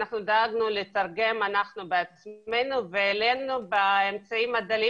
אנחנו דאגנו לתרגם אנחנו בעצמנו והעלינו באמצעים הדלים